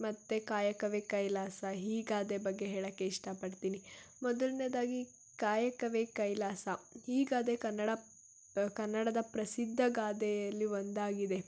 ಮತ್ತು ಕಾಯಕವೇ ಕೈಲಾಸ ಈ ಗಾದೆ ಬಗ್ಗೆ ಹೇಳೋಕ್ಕೆ ಇಷ್ಟಪಡ್ತೀನಿ ಮೊದಲನೇದಾಗಿ ಕಾಯಕವೇ ಕೈಲಾಸ ಈ ಗಾದೆ ಕನ್ನಡ ಕನ್ನಡದ ಪ್ರಸಿದ್ಧ ಗಾದೆಯಲ್ಲಿ ಒಂದಾಗಿದೆ